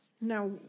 Now